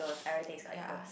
yeah